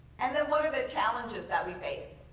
and then what are the challenges that we face?